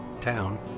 town